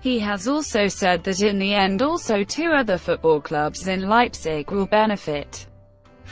he has also said that in the end, also to other football clubs in leipzig will benefit